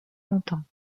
longtemps